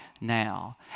now